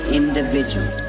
individual